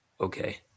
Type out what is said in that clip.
okay